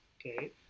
Okay